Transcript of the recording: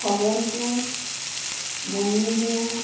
Khagen Koch Moni Bhuyan